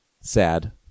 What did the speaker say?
Sad